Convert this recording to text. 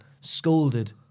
scolded